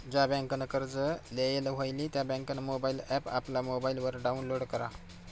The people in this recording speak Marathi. ज्या बँकनं कर्ज लेयेल व्हयी त्या बँकनं मोबाईल ॲप आपला मोबाईलवर डाऊनलोड करा